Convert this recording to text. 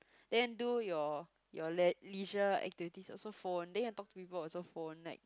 then do your your lei~ leisure activity also phone then you talk to people also phone like